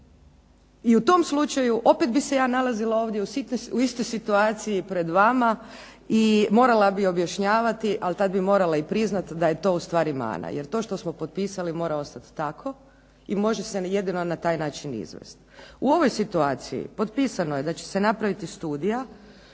I u tom slučaju opet bih se ja nalazila u istoj situaciji pred vama i morala bih objašnjavati, a tada bi morala priznati da je to ustvari mana. Jer to što smo potpisali mora ostati tako i može se jedino na taj način izvesti. U ovoj situaciji potpisano je da će se napraviti studija,